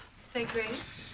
say grace.